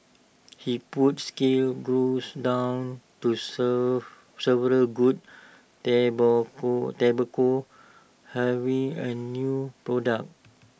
he put scale growth down to so several good tobacco tobacco harvests and new products